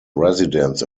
residents